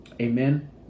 Amen